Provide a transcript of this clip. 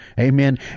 Amen